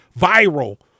viral